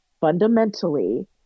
Fundamentally